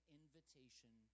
invitation